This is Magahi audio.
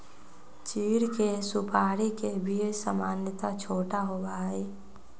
चीड़ के सुपाड़ी के बीज सामन्यतः छोटा होबा हई